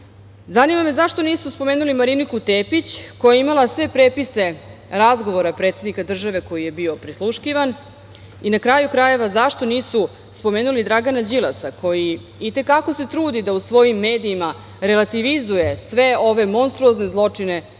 Zanima me zašto nisu spomenuli Mariniku Tepić, koja je imala prepise razgovora predsednika države, koji je bio prisluškivan, i na kraju krajeva zašto nisu spomenuli Dragana Đilasa koji i te kako se trudi da u svojim medijima relativizuje sve ove monstruozne zločine Veljka